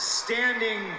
standing